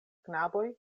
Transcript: knaboj